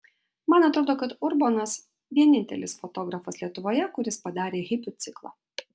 man atrodo kad urbonas vienintelis fotografas lietuvoje kuris padarė hipių ciklą